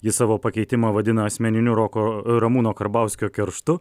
jis savo pakeitimą vadina asmeniniu roko ramūno karbauskio kerštu